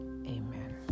Amen